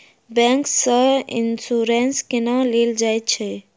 bank सँ insurance केना लेल जाइत अछि